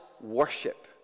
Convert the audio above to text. worship